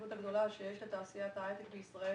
החשיבות הגדולה שיש לתעשיית ההייטק בישראל